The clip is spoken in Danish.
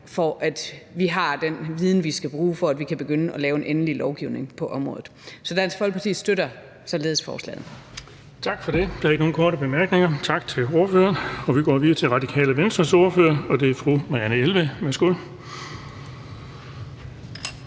til, at vi har den viden, vi skal bruge, for at vi kan begynde at lave en endelig lovgivning på området. Så Dansk Folkeparti støtter således forslaget. Kl. 10:50 Den fg. formand (Erling Bonnesen): Tak for det. Der er ikke nogen korte bemærkninger. Tak til ordføreren. Og vi går videre til Radikale Venstres ordfører, og det er fru Marianne Jelved. Værsgo.